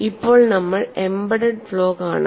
ഇപ്പോൾ നമ്മൾ embedded flow കാണും